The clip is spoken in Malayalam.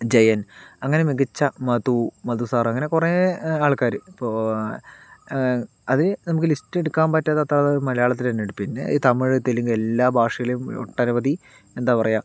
ജയൻ അങ്ങനെ മികച്ച മധു മധു സാർ അങ്ങനെ കുറേ ആൾക്കാർ ഇപ്പോൾ അതിൽ നമുക്ക് ലിസ്റ്റ് എടുക്കാൻ പറ്റാത്തത്ര അതായത് മലയാളത്തിൽ തന്നെ ഉണ്ട് പിന്നെ തമിഴ് തെലുങ്ക് എല്ലാ ഭാഷയിലേയും ഒട്ടനവധി എന്താ പറയുക